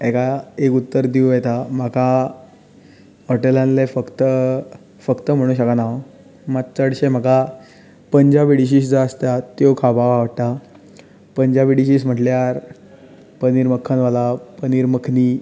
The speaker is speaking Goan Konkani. हाका एक उतर दिवूं येता म्हाका हॉटेलांतलें फक्त फक्त म्हणूंक शकना हांव मात चडशें म्हाका पंजाबी डीशीज ज्यो आसतात त्यो खावपाक आवडटा पंजाबी डिशीज म्हणल्यार पनीर मक्कनवाला पनीर मकनी